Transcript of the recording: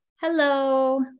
Hello